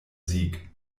sieg